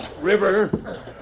river